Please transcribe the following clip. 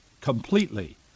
completely